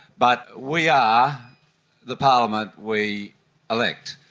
but we are the parliament we elect.